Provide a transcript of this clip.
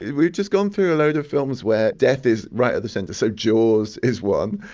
we've just gone through a load of films where death is right at the centre. so jaws is one,